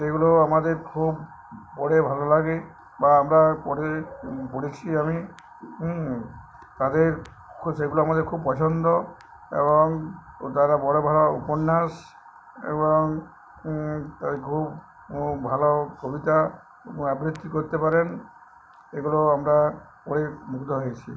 সেগুলো আমাদের খুব পড়ে ভালো লাগে বা আমরা পড়ে পড়েছি আমি হুম তাদের সেগুলো আমাদের খুব পছন্দ এবং তারা বড়ো বড়ো উপন্যাস এবং তাদের খুব ভালো কবিতা আবৃত্তি করতে পারেন এগুলো আমরা পড়ে মুগ্ধ হয়েছি